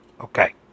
Okay